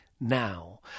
now